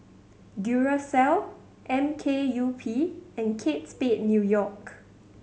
Duracell M K U P and Kate Spade New York